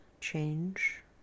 change